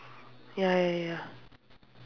ya ya ya